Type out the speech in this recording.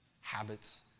Habits